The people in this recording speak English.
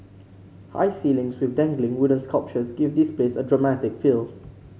high ceilings with dangling wooden sculptures give this place a dramatic feel